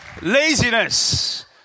laziness